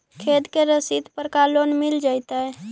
खेत के रसिद पर का लोन मिल जइतै?